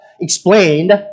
explained